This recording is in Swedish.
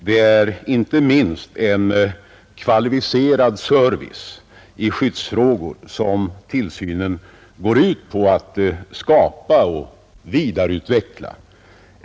Det är inte minst en kvalificerad service i skyddsfrågor som tillsynen går ut på att skapa och vidareutveckla.